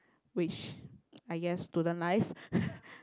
which I guess student life